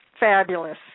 fabulous